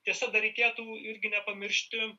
tiesa dar reikėtų irgi nepamiršti